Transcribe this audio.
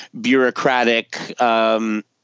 bureaucratic